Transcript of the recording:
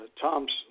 Tom's